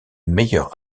meilleurs